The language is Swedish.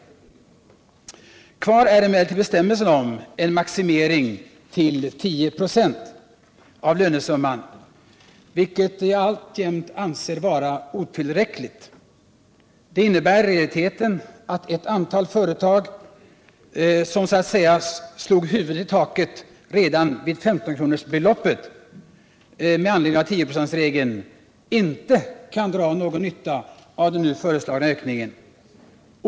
Kvar är emellertid - Nr 50 bestämmelserna om en maximering till 10 96 av lönesumman, vilket jag alltjämt anser vara otillräckligt. Den innebär i realiteten att ett antal företag, som så att säga slog huvudet i taket på beloppet 15 kr. per timme, med 10-procentsregeln, inte kan dra någon nytta av den nu föreslagna = Sysselsättningsbiökningen.